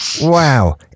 wow